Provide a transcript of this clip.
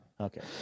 Okay